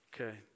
Okay